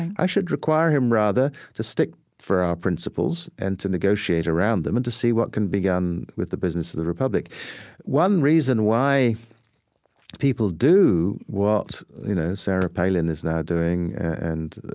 i should require him rather to stick for our principles and to negotiate around them and to see what can be done with the business of the republic one reason why people do what, you know, sarah palin is now doing and,